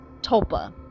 Topa